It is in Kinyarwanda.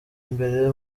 imbere